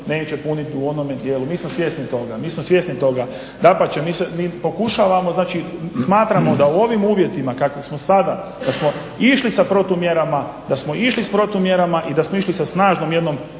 neće puniti u onome dijelu. Mi smo svjesni toga, dapače mi pokušavamo znači smatramo da u ovim uvjetima kakvim smo sada da smo išli s protumjerama i da smo išli sa snažnom jednom